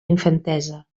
infantesa